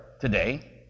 today